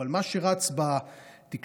אבל מה שרץ בתקשורת,